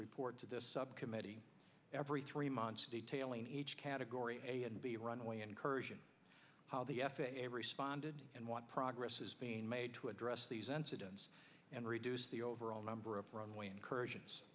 report to the subcommittee every three months detailing each category a and b runway incursion how the f a a responded and what progress is being made to address these incidents and reduce the overall number of runway incursions